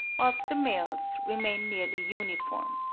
whilst the males remain nearly uniform.